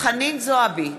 חנין זועבי,